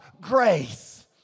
grace